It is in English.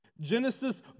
Genesis